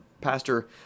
pastor